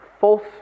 false